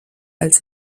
als